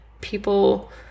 people